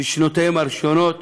בשנותיהם הראשונות,